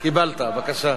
קיבלת, בבקשה.